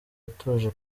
atuje